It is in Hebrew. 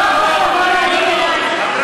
נוח לך לבוא ולהגיד, בחירות, בחירות.